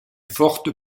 forte